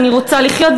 אני רוצה לחיות,